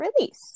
release